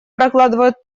прокладывают